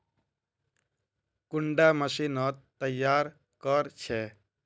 कुंडा मशीनोत तैयार कोर छै?